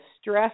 stress